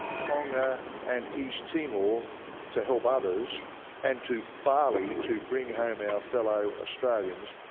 tonga and east timor to help others and to bali to bring home our fellow australians,